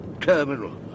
Terminal